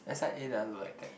s_i_a doesn't look like that